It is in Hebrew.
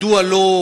מדוע לא,